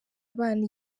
abana